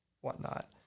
whatnot